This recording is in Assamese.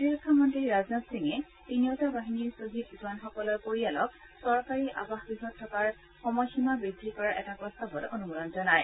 প্ৰতিৰক্ষা মন্ত্ৰী ৰাজনাথ সিঙে তিনিওটা বাহিনীৰ ছহিদ জোৱানসকলৰ পৰিয়ালক চৰকাৰী আবাসগ্হত থকাৰ সময়সীমা বৃদ্ধি কৰাৰ এটা প্ৰস্তাৱত অনুমোদন জনায়